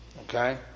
Okay